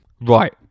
Right